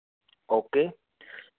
okay ठीक है